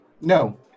No